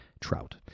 trout